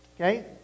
Okay